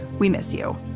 we miss you.